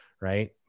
Right